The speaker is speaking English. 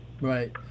Right